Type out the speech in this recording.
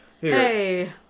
Hey